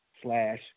Slash